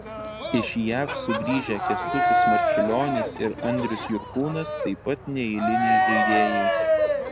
iš jav sugrįžę kęstutis marčiulionis ir andrius jurkūnas taip pat neeiliniai žaidėjai